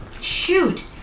Shoot